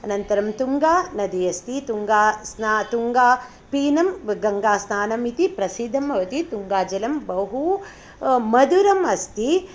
अनन्तरं तुङ्गानदी अस्ति तुङ्गास्नानं तुङ्गापानं गङ्गास्नानम् इति प्रसिद्धं भवति तुङ्गाजलं बहु मधुरम् अस्ति